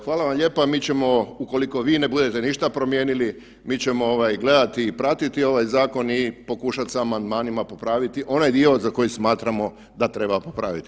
Hvala vam lijepa, mi ćemo ukoliko vi ne budete ništa promijenili, mi ćemo ovaj gledati i pratiti ovaj zakon i pokušat sa amandmanima popraviti onaj dio za koji smatramo da treba popraviti.